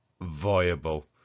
viable